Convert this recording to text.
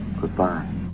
Goodbye